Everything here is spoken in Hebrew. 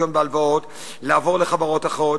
וניכיון בהלוואות לעבור לחברות אחרות.